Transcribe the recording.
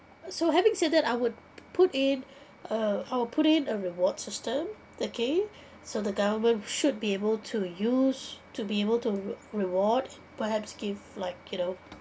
so having said that I would put in uh I would put in a reward system okay so the government should be able to use to be able to re~ reward perhaps give like you know